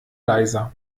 leiser